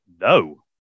no